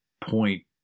point